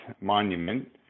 monument